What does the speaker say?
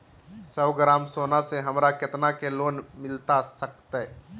सौ ग्राम सोना से हमरा कितना के लोन मिलता सकतैय?